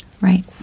Right